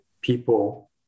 people